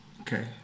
Okay